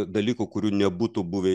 dalykų kurių nebūtų buvę